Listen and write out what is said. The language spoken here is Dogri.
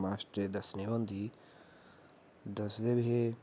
मास्टरे गी दसनी होंदी